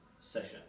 session